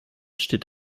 steht